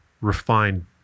refined